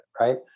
right